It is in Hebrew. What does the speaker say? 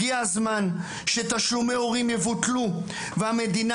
הגיע זמן שתשלומי ההורים יבוטלו והמדינה